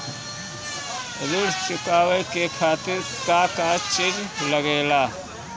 ऋण चुकावे के खातिर का का चिज लागेला?